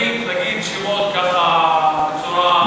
צריך להגיד שמות ככה בצורה,